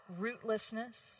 rootlessness